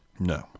No